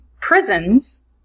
prisons